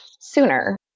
sooner